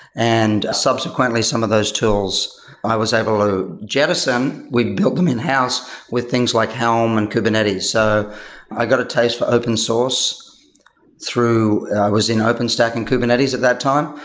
and subsequently, some of those tools i was able to jettison. we've built them in-house with things like helm and kubernetes. so i got a taste for open source through was in open stack in kubernetes at that time,